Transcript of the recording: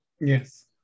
Yes